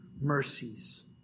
mercies